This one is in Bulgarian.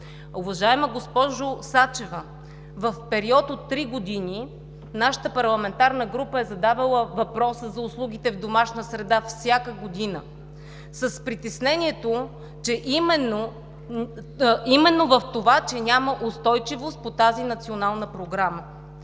Уважаема госпожо Сачева, в период от три години нашата парламентарна група е задавала въпроса за услугите в домашна среда всяка година именно с притеснението, че няма устойчивост по тази национална програма.